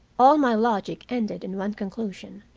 all my logic ended in one conclusion.